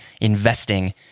investing